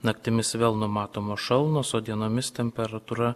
naktimis vėl numatomos šalnos o dienomis temperatūra